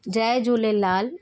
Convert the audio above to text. Jay Jhulelal